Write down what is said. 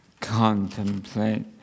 Contemplate